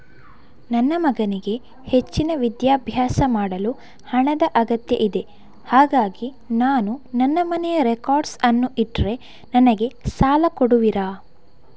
ನನ್ನ ಮಗನಿಗೆ ಹೆಚ್ಚಿನ ವಿದ್ಯಾಭ್ಯಾಸ ಮಾಡಲು ಹಣದ ಅಗತ್ಯ ಇದೆ ಹಾಗಾಗಿ ನಾನು ನನ್ನ ಮನೆಯ ರೆಕಾರ್ಡ್ಸ್ ಅನ್ನು ಇಟ್ರೆ ನನಗೆ ಸಾಲ ಕೊಡುವಿರಾ?